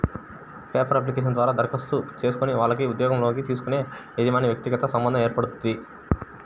paper application ద్వారా దరఖాస్తు చేసుకునే వాళ్లకి ఉద్యోగంలోకి తీసుకునే యజమానికి వ్యక్తిగత సంబంధం ఏర్పడుద్ది